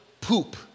poop